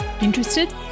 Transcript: Interested